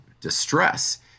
distress